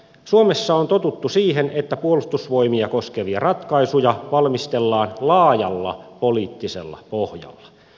suomessa on totuttu siihen että puolustusvoimia koskevia ratkaisuja valmistellaan laajalla poliittisella pohjalla